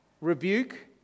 rebuke